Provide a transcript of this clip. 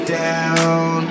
down